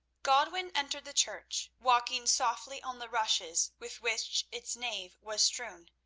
godwin entered the church, walking softly on the rushes with which its nave was strewn,